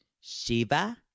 Shiva